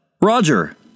Roger